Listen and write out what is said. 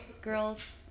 girls